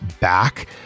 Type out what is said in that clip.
back